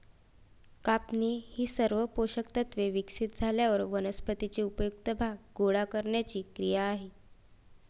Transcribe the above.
कापणी ही सर्व पोषक तत्त्वे विकसित झाल्यावर वनस्पतीचे उपयुक्त भाग गोळा करण्याची क्रिया आहे